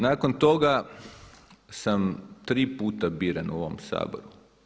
Nakon toga sam 3 puta biran u ovom Saboru.